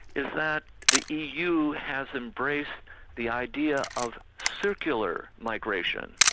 is that the eu has embraced the idea of circular migration,